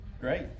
Great